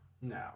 No